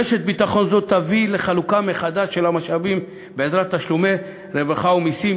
רשת ביטחון זו תביא לחלוקה מחדש של המשאבים בעזרת תשלומי רווחה ומסים,